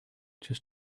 just